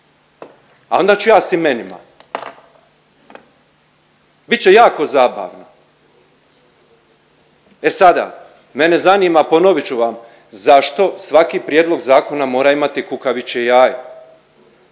A onda ću ja s imenima. Bit će jako zabavno. E sada mene zanima ponovit ću vam, zašto svaki prijedlog zakona mora imati kukavičje jaje.